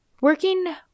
Working